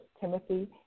Timothy